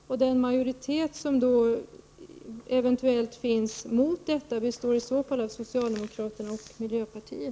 Den eventuella majoritet som skulle finnas emot detta skulle bestå av socialdemokraterna och miljöpartiet.